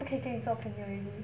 不可以跟你做朋友 already